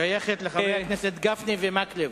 היא שייכת לחברי הכנסת גפני ומקלב.